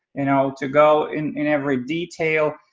you know to go in in every detail.